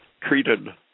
treated